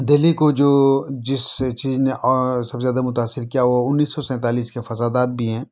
دہلی کو جو جس چیز نے سب سے زیادہ متاثر کیا وہ اُنّیس سو سینتالیس کے فسادات بھی ہیں